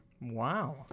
Wow